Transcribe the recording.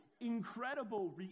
incredible